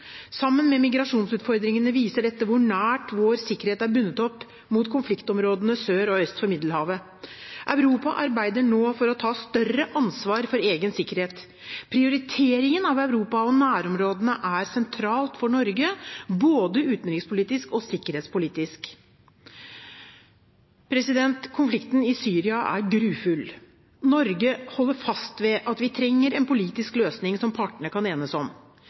Sammen med migrasjonsutfordringene viser dette hvor nært vår sikkerhet er bundet opp mot konfliktområdene sør og øst for Middelhavet. Europa arbeider nå for å ta større ansvar for egen sikkerhet. Prioriteringen av Europa og nærområdene er sentralt for Norge – både utenrikspolitisk og sikkerhetspolitisk. Konflikten i Syria er grufull. Norge holder fast ved at vi trenger en politisk løsning som partene kan enes om.